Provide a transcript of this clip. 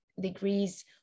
degrees